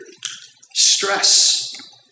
stress